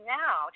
now